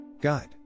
Guide